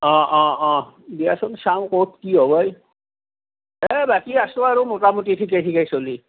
অঁ অঁ অঁ দিয়াচোন চাওঁ ক'ত কি হয় এ বাকী আছোঁ আৰু মোটামুটি ঠিকে ঠিকে চলি